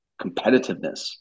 competitiveness